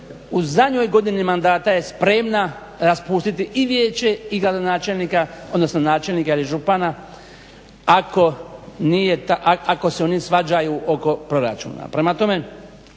u zadnjoj godini mandata je spremna raspustiti i vijeće i gradonačelnika, odnosno načelnika ili župana ako se oni svađaju oko proračuna. Prema tome,